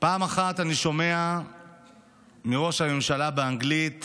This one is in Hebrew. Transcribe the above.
פעם אחת אני שומע מראש הממשלה באנגלית